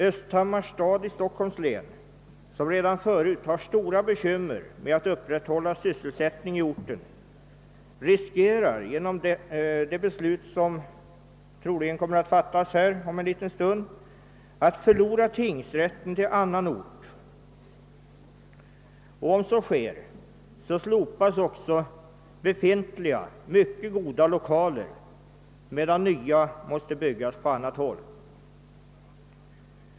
Östhammars stad i Stockholms län, som redan förut har stora bekymmer med att upprätthålla sysselsättningen i orten, riskerar genom det beslut som troligen om en liten stund kommer att fattas här att förlora tingsrätten till annan ort. Om så sker slopas också befintliga mycket goda lokaler, medan nya måste byggas på annat håll.